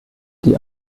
die